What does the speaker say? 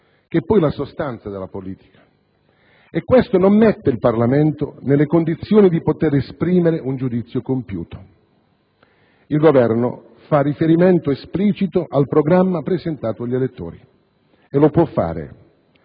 (che è poi la sostanza della politica), e ciò non mette il Parlamento nelle condizioni di poter esprimere un giudizio compiuto. Il Governo fa riferimento esplicito al programma presentato agli elettori, e lo può fare,